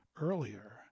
earlier